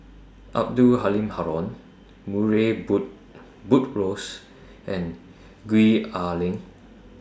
Abdul Halim Haron Murray boot Buttrose and Gwee Ah Leng